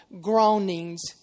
groaning's